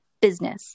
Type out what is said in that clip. business